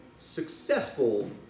successful